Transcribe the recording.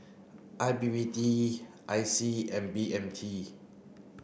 I P P T I C and B M T